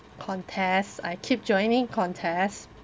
contests I keep joining contests